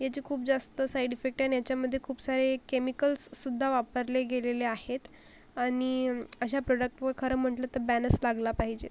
याचे खूप जास्त साईड इफेक्ट आहे आणि याच्यामध्ये खूप सारे केमिकल्ससुद्धा वापरले गेलेले आहेत आणि अशा प्रोडक्टवर खरं म्हटलं तर बॅनस लागला पाहिजेत